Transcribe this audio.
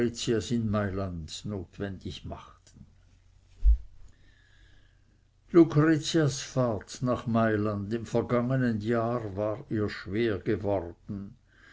notwendig machten lucretias fahrt nach mailand im vergangenen jahre war ihr schwer geworden